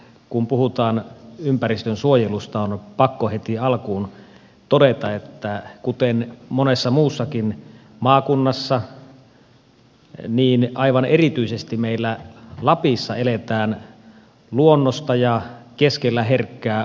kun puhutaan ympäristönsuojelusta on pakko heti alkuun todeta että kuten monessa muussakin maakunnassa niin aivan erityisesti meillä lapissa eletään luonnosta ja keskellä herkkää arktista luontoa